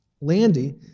Landy